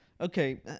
okay